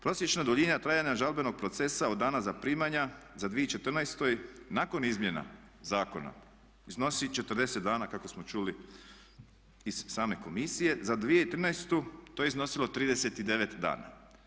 Prosječna duljina trajanja žalbenog procesa od dana zaprimanja za 2014. nakon izmjena zakona iznosi 40 dana kako smo čuli iz same komisije, za 2013. to je iznosilo 39 dana.